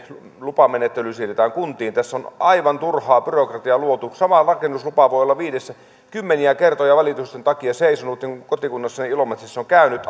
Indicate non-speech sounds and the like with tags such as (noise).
lupamenettely siirretään kuntiin tässä on aivan turhaa byrokratiaa luotu sama rakennuslupa voi olla kymmeniä kertoja valitusten takia seisonut niin kuin kotikunnassani ilomantsissa on käynyt (unintelligible)